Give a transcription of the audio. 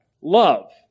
love